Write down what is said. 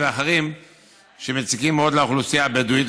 והאחרים שמציקים מאוד לאוכלוסייה הבדואית.